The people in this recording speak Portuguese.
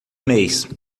mês